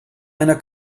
einer